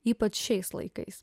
ypač šiais laikais